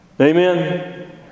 Amen